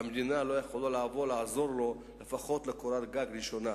והמדינה לא יכולה לבוא ולעזור לו לפחות בקורת גג ראשונה,